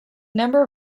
number